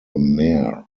mare